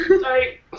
Sorry